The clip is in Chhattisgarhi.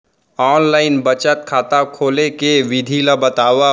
ऑनलाइन बचत खाता खोले के विधि ला बतावव?